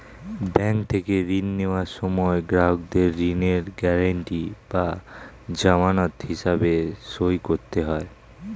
bank থেকে ঋণ নেওয়ার সময় গ্রাহকদের ঋণের গ্যারান্টি বা জামানত হিসেবে সই করতে হয়